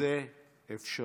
שזה אפשרי.